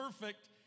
perfect